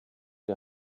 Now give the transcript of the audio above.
der